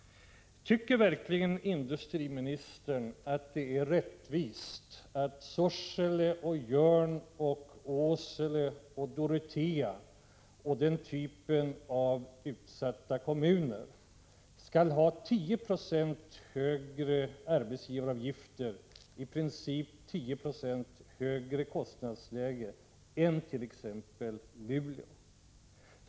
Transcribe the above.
Tycker verkligen industriministern att det är rättvist att Sorsele, Jörn, Åsele, Dorotea och andra utsatta kommuner skall ha 10 26 högre arbetsgivaravgifter och därmed i princip ett 10 70 högre kostnadsläge än t.ex. Luleå?